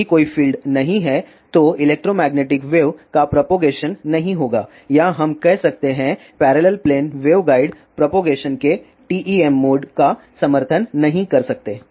यदि कोई फील्ड नहीं है तो इलेक्ट्रोमैग्नेटिक वेव का प्रोपागेशन नहीं होगा या हम कह सकते हैं पैरेलल प्लेन वेवगाइड प्रोपागेशन के TEM मोड का समर्थन नहीं कर सकते